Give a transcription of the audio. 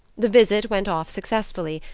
the visit went off successfully,